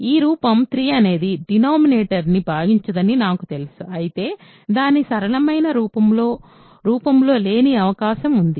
ఇప్పుడు ఈ రూపం 3 అనేది డినామినేటర్ ని భాగించదని నాకు తెలుసు అయితే అది దాని సరళమైన రూపంలో లేని అవకాశం ఉంది